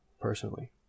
personally